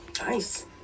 Nice